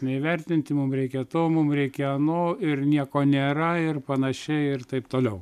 neįvertinti mum reikia to mum reikia ano ir nieko nėra ir panašiai ir taip toliau